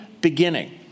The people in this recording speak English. beginning